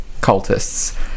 cultists